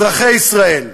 אזרחי ישראל,